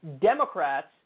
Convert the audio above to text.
Democrats